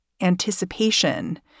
anticipation